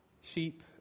Sheep